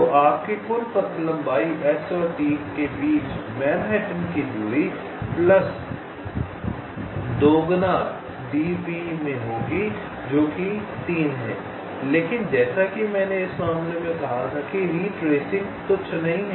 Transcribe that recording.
तो आपकी कुल पथ लंबाई S और T के बीच मैनहट्टन की दूरी प्लस दोगुना डी पी में होगी जो कि 3 है लेकिन जैसा कि मैंने इस मामले में कहा था कि रिट्रेसिंग तुच्छ नहीं है